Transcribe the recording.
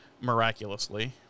miraculously